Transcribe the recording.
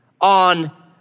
on